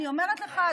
אני אומרת לך,